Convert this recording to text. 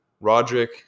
Roderick